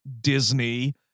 Disney